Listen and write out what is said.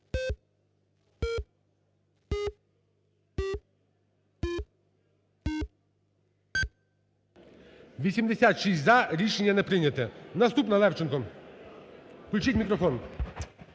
За-86 Рішення не прийнято. Наступна, Левченко. Включіть мікрофон.